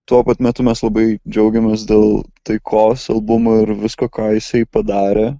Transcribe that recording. tuo pat metu mes labai džiaugiamės dėl taikos albumo ir visko ką jisai padarė